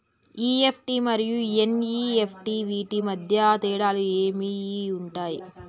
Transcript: EFT మరియు NEFT వీటి మధ్య తేడాలు ఏమి ఉంటాయి?